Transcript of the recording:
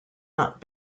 not